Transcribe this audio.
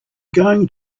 going